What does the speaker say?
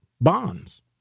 bonds